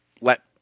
let